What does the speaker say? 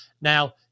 Now